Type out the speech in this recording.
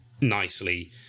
nicely